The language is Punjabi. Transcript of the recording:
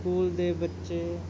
ਸਕੂਲ ਦੇ ਬੱਚੇ